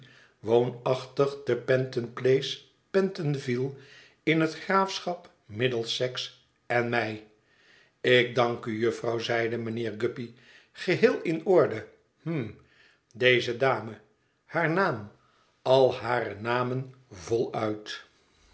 woonachtig te penton place pentonville in het graafschap middlesex en mij ik dank u jufvrouw zeide mijnheer guppy geheel in orde hm i deze dame haar naam al hare namen voluit